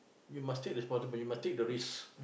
you must take responsibility you must take the risk